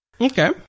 Okay